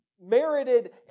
merited